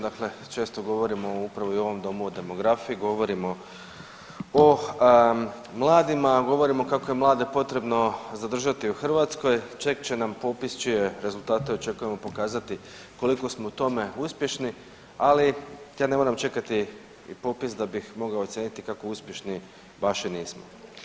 Dakle, često govorimo upravo i u ovom domu o demografiji, govorimo o mladima, govorimo kako je mlade potrebno zadržati u Hrvatskoj, …/nerazumljivo/… će nam popis čije rezultate očekujemo pokazati koliko smo u tome uspješni, ali ja ne moram čekati ni popis da bih mogao ocijeniti kako uspješni baš i nismo.